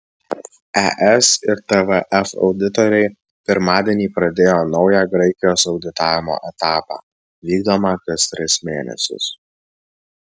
es ir tvf auditoriai pirmadienį pradėjo naują graikijos auditavimo etapą vykdomą kas tris mėnesius